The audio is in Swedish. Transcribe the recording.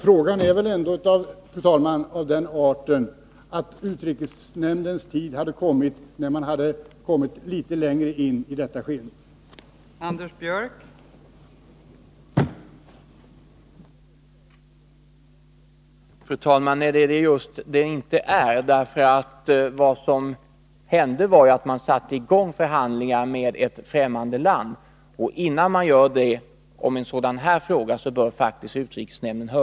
Frågan är väl ändå av den arten att det var lämpligt att informera utrikesnämnden när man hade kommit litet längre fram i behandlingen av frågan.